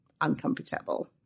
uncomfortable